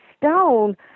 stone